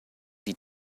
die